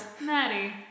Maddie